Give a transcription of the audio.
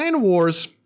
wars